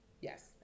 Yes